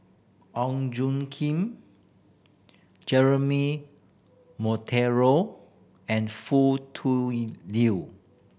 Ong Tjoe Kim Jeremy Monteiro and Foo Tui Liew